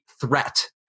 threat